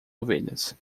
ovelhas